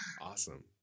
Awesome